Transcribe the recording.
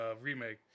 remake